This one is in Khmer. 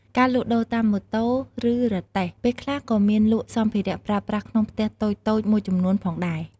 ការលក់ដូរតាមម៉ូតូ ឬរទេះពេលខ្លះក៏មានលក់សម្ភារៈប្រើប្រាស់ក្នុងផ្ទះតូចៗមួយចំនួនផងដែរ។